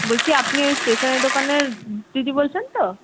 বলছি আপনি ওই স্টেশনারি দোকানের দিদি বলছেন তো